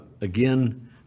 again